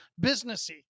businessy